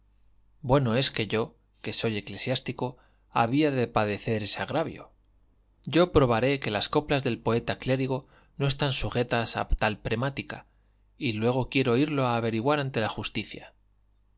bueno es que yo que soy eclesiástico había de padecer ese agravio yo probaré que las coplas del poeta clérigo no están sujetas a tal premática y luego quiero irlo a averiguar ante la justicia